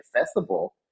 accessible